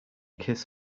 kiss